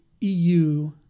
EU